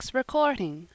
recording